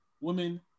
women